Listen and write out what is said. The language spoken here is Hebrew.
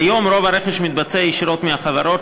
כיום רוב הרכש מתבצע ישירות מהחברות,